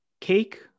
cake